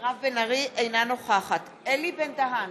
אינה נוכחת אלי בן-דהן,